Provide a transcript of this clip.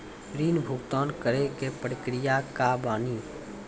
ऋण भुगतान करे के प्रक्रिया का बानी?